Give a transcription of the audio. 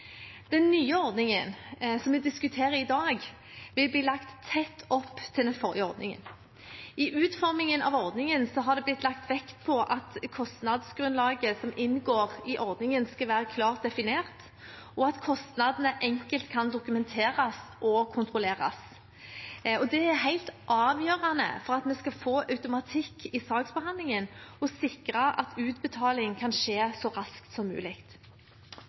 Den nye ordningen, som vi diskuterer i dag, vil bli lagt tett opp til den forrige ordningen. I utformingen av ordningen er det blitt lagt vekt på at kostnadsgrunnlaget som inngår i ordningen, skal være klart definert, og at kostnadene enkelt kan dokumenteres og kontrolleres. Det er helt avgjørende for at vi skal få automatikk i saksbehandlingen og sikre at utbetaling kan skje så raskt som mulig.